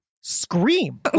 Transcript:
scream